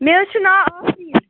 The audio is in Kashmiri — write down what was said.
مےٚ حظ چھِ ناو آفریٖن